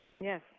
Yes